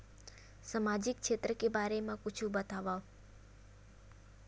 सामाजिक क्षेत्र के बारे मा कुछु बतावव?